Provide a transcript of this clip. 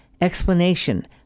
explanation